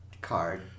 card